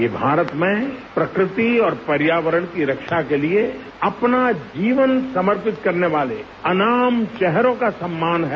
ये भारत में प्रकृति और पर्यावरण की रक्षा के लिए अपना जीवन समर्पित करने वाले अनाम चेहरों का सम्मान है